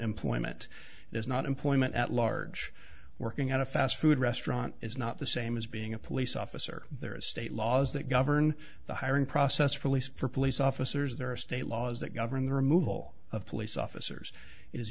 employment is not employment at large working at a fast food restaurant is not the same as being a police officer there is state laws that govern the hiring process police for police officers there are state laws that govern the removal of police officers i